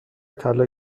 طلا